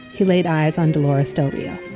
he laid eyes on dolores donia